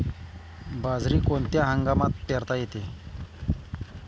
बाजरी कोणत्या हंगामात पेरता येते?